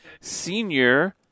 senior